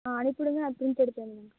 ஆ அனுப்பிவிடுங்க நான் பிரிண்ட் எடுத்து